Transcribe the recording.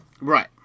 Right